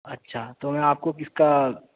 اچھا تو میں آپ کو کس کا